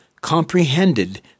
comprehended